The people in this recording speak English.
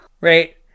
Right